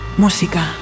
música